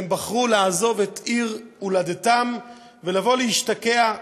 והם בחרו לעזוב את עיר הולדתם ולבוא ולהשתקע,